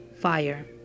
fire